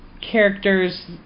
characters